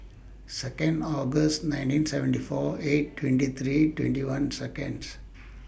Second August nineteen seventy four eight twenty three twenty one Seconds